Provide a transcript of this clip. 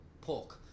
pork